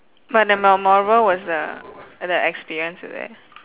but the memorable was the the experience is it